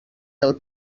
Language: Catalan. del